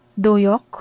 doyok